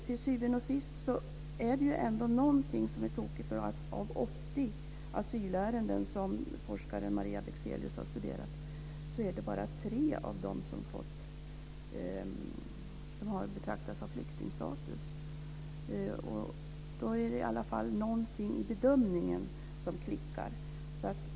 Till syvende och sist är det ändå någonting som är tokigt när det av de 80 asylärenden som forskaren Maria Bexelius har studerat bara är tre som ansetts ha flyktingstatus. Då är det någonting i bedömningen som klickar.